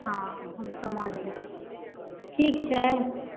हँ हम समझ गेलियै ठीक छै